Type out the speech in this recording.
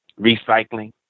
recycling